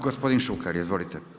Gospodin Šuker, izvolite.